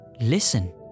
Listen